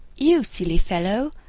you silly fellow,